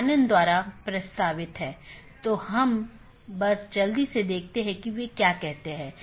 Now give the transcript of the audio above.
एक यह है कि कितने डोमेन को कूदने की आवश्यकता है